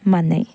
ꯃꯥꯟꯅꯩ